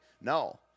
no